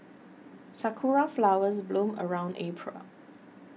sakura flowers bloom around April